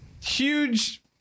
huge